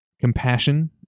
compassion